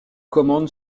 commande